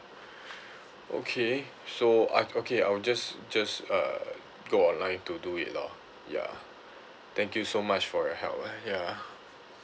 okay so I okay I will just just uh go online to do it lor ya thank you so much for your help ya